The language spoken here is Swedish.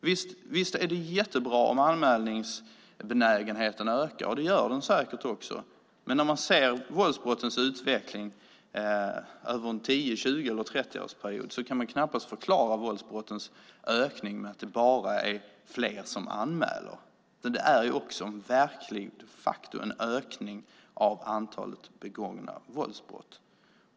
Visst är det jättebra om anmälningsbenägenheten ökar, och det gör den säkert också. Men när man ser våldsbrottens utveckling över en 10-, 20 eller 30-årsperiod kan man knappast förklara våldsbrottens ökning bara med att det är fler som anmäler. Det är också en verklig ökning av antalet begångna våldsbrott.